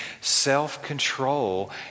Self-control